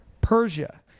Persia